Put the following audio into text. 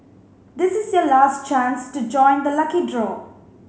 this is your last chance to join the lucky draw